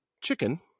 chicken